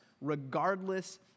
regardless